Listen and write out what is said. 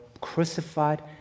crucified